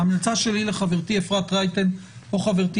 ההמלצה שלי לחברתי אפרת רייטן או חברתי